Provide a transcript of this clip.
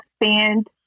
expand